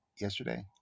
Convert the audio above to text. yesterday